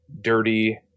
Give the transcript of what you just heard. dirty